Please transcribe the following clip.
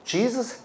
Jesus